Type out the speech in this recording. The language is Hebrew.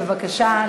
בבקשה,